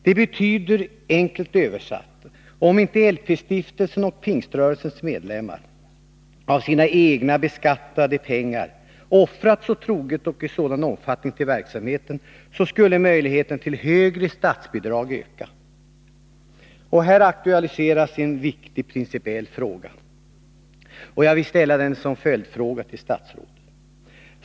Det betyder enkelt översatt att om inte LP-stiftelsens och pingströrelsens medlemmar så troget och i en sådan omfattning offrat av sina egna beskattade pengar till verksamheten, skulle möjligheten till större statsbidrag öka. Här aktualiseras en viktig principiell fråga. Jag vill ställa den som följdfråga till statsrådet.